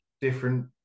different